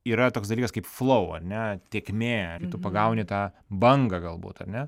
yra toks dalykas kaip flau ar ne tėkmė kai tu pagauni tą bangą galbūt ar ne